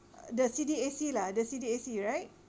the C_D_A_C lah the C_D_A_C right